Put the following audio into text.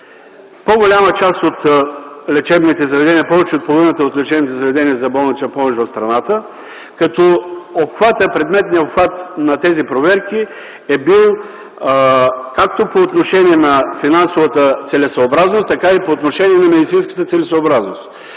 по-голяма част от лечебните заведения, повече от половината от лечебните заведения за болнична помощ в страната, като предметният обхват на тези проверки е бил както по отношение на финансовата целесъобразност, така и по отношение на медицинската целесъобразност.